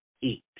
eat